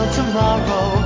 tomorrow